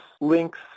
links